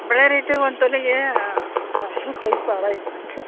ಬಳೆ ರೇಟು ಒಂದು ತೊಲೆಗೆ ಅರ್ವತ್ತೈದು ಸಾವಿರ ಐತೆ ಮ್ಯಾಮ್ ರಿ